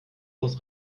aus